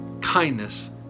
kindness